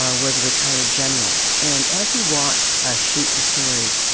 ah was a retired general. and as he watched us shoot the story,